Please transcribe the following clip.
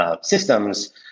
systems